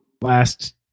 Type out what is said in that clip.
Last